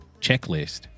checklist